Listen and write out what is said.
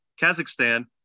Kazakhstan